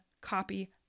copy